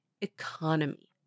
economy